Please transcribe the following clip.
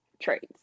traits